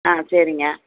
ஆ சரிங்க